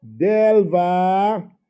Delva